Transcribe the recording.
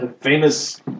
famous